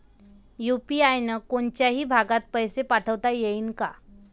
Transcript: UPI न कोनच्याही भागात पैसे पाठवता येईन का?